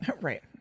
right